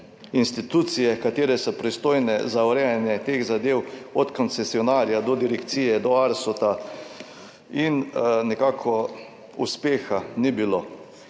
institucije, katere so pristojne za urejanje teh zadev, od koncesionarja do direkcije do Arsota in nekako uspeha ni bilo.